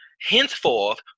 henceforth